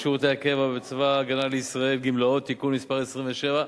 שירות הקבע בצבא-הגנה לישראל (גמלאות) (תיקון מס' 27),